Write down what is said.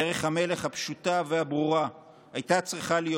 דרך המלך הפשוטה והברורה הייתה צריכה להיות